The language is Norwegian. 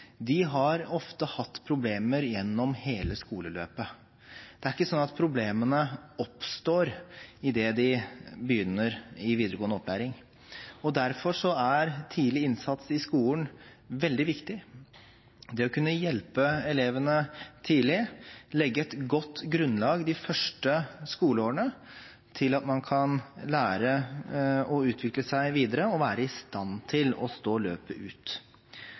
Derfor er tidlig innsats i skolen veldig viktig: det å kunne hjelpe elevene tidlig, legge et godt grunnlag de første skoleårene til å kunne lære, utvikle seg videre og være i stand til å stå løpet ut.